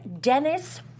Dennis